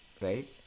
right